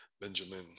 Benjamin